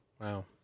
Wow